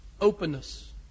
openness